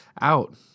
out